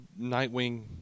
Nightwing